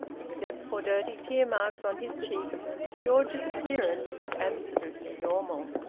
except for dirty tear-marks on his cheeks, george's appearance was absolutely normal.